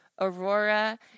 Aurora